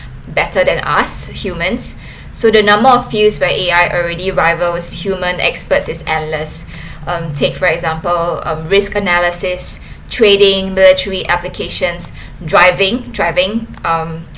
better than us humans so the number of fields where A_I already rivals human experts is endless um take for example um risk analysis trading military applications driving driving um